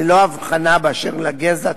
ללא הבחנה באשר לגזע,